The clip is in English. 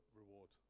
reward